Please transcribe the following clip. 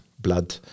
blood